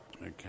Okay